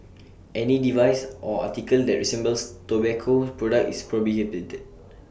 any device or article that resembles tobacco products is prohibited